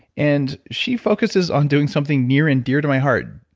and she focuses on doing something near and dear to my heart,